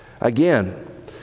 Again